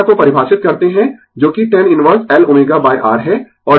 तो θ को परिभाषित करते है जोकि tan इनवर्स L ω R है